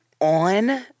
on